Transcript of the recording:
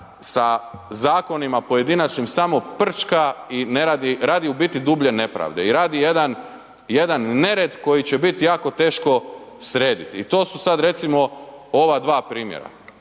sa zakonima pojedinačnim samo prčka i radi u biti dublje nepravde i radi jedan nered koji će biti jako teško srediti. I to su sad recimo ova dva primjera